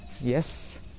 yes